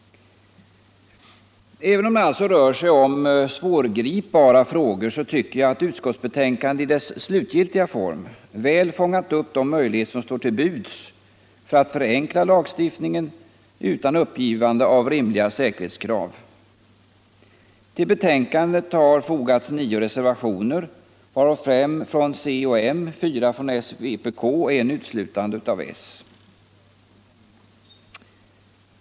Även om det alltså rör sig om svårgripbara frågor, tycker jag att utskottsbetänkandet i dess slutgiltiga form väl fångat upp de möjligheter som står till buds för att förenkla lagstiftningen utan uppgivande av rimliga säkerhetskrav. Till betänkandet har fogats nio reservationer, varav fem från centerpartiet och moderaterna, fyra från socialdemokraterna och vänsterpartiet kommunisterna och en av uteslutande socialdemokraterna.